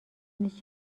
نیست